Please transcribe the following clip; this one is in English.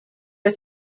are